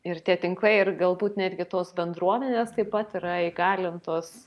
ir tie tinklai ir galbūt netgi tos bendruomenės taip pat yra įgalintos